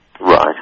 Right